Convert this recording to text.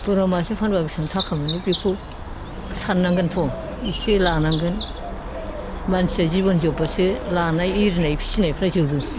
बोरमा मानसे फानब्ला बिसिबां थाखा मोनो बेखौ साननांगोनथ' एसे लानांगोन मानसिया जिबन जोबब्लासो लानाय एरनाय फिनायफ्रा जोबो